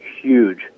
huge